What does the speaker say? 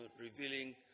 revealing